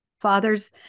father's